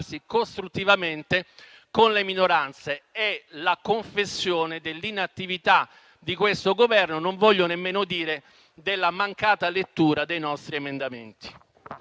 costruttivamente con le minoranze. È la confessione dell'inattività di questo Governo e - non voglio nemmeno dirlo - della mancata lettura dei nostri emendamenti.